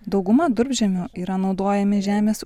dauguma durpžemio yra naudojami žemės